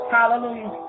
Hallelujah